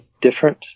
different